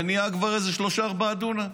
וזה נהיה כבר איזה שלושה-ארבעה דונם,